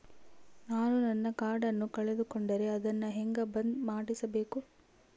ನಾನು ನನ್ನ ಕಾರ್ಡನ್ನ ಕಳೆದುಕೊಂಡರೆ ಅದನ್ನ ಹೆಂಗ ಬಂದ್ ಮಾಡಿಸಬೇಕು?